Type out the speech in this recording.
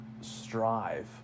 strive